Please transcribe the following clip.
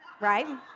right